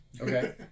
Okay